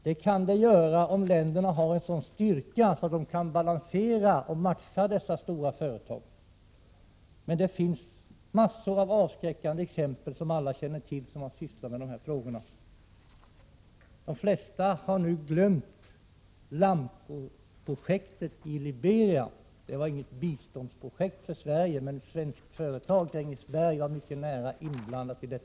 Så kan bli fallet om länderna har en sådan styrka att de kan balansera de stora företag som det gäller. Men som alla som sysslat med dessa frågor känner till finns det mängder av avskräckande exempel. De flesta har nu glömt LAMCO-projektet i Liberia. Det var inte något svenskt biståndsprojekt, men ett svenskt företag, Grängesberg, var mycket nära inblandat i det.